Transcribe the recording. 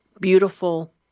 beautiful